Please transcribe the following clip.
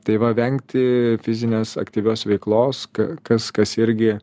tai va vengti fizinės aktyvios veiklos kas kas irgi